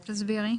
תסבירי.